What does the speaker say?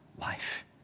life